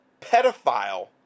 pedophile